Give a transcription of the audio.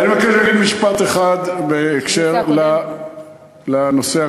אני רוצה להגיד משפט אחד בקשר לנושא הקודם,